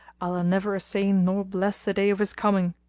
allah never assain nor bless the day of his coming!